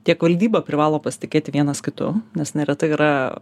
tiek valdyba privalo pasitikėti vienas kitu nes neretai yra